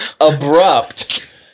abrupt